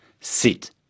sit